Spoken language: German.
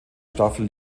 staffel